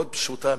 מאוד פשוטה,